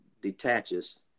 detaches